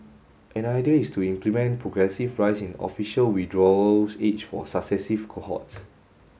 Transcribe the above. an idea is to implement progressive rise in official withdrawals age for successive cohorts